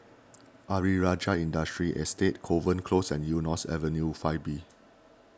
Ayer Rajah Industrial Estate Kovan Close and Eunos Avenue five B